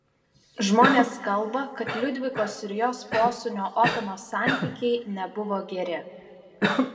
žmonės kalba kad liudvikos ir jos posūnio otono santykiai nebuvo geri